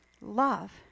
Love